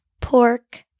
pork